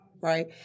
Right